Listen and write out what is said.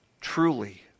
truly